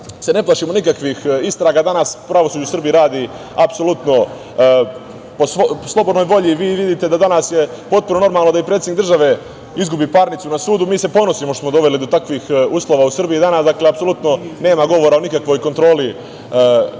se ne plašimo nikakvih istraga. Danas pravosuđe u Srbiji radi apsolutno po slobodnoj volji. Vi vidite da danas je normalno da i predsednik države izgubi parnicu na sudu. Mi se ponosimo što smo doveli do takvih uslova u Srbiji. Dakle, apsolutno nema govora o nikakvoj kontroli,